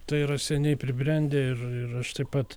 tai yra seniai pribrendę ir ir aš taip pat